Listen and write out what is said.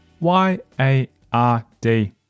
Y-A-R-D